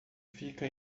fica